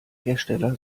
hersteller